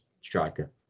striker